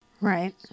Right